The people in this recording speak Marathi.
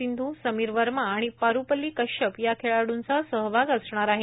सिंधू समीर वर्मा आणि पारूपल्ली कश्यप या खेळाड्रंचा सहभाग असणार आहे